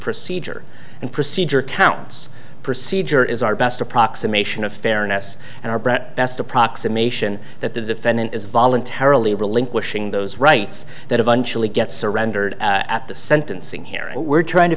procedure and procedure counts procedure is our best approximation of fairness and our brett best approximation that the defendant is voluntarily relinquishing those rights that eventually get surrendered at the sentencing hearing we're trying to